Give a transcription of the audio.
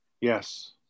Yes